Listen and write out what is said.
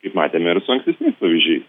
kaip matėme ir su ankstesniais pavyzdžiais